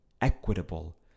equitable